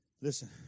Listen